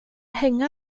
hänga